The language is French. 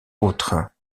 autre